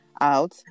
out